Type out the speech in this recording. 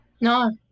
No